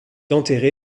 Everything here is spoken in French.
enterré